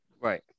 Right